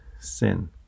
sin